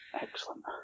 Excellent